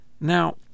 Now